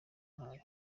ntayo